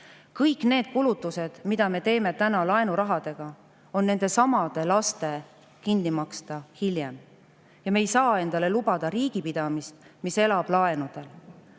Kõik need kulutused, mida me teeme täna laenurahaga, on nendesamade laste kinni maksta hiljem. Ja me ei saa endale lubada sellise riigi pidamist, mis elab laenudel. Eelmisel